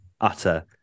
utter